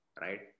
right